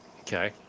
Okay